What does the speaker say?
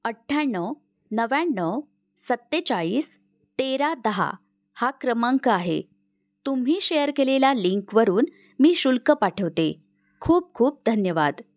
अठ्ठ्याण्णव नव्याण्णव सत्तेचाळीस तेरा दहा हा क्रमांक आहे तुम्ही शेअर केलेला लिंकवरून मी शुल्क पाठवते खूप खूप धन्यवाद